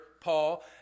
Paul